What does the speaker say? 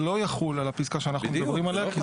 זה לא יחול על הפסקה שאנחנו מדברים עליה.